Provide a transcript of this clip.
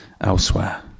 elsewhere